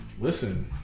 listen